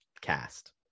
cast